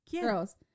Girls